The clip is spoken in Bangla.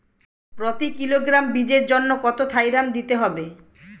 প্রতি কিলোগ্রাম বীজের জন্য কত থাইরাম দিতে হবে?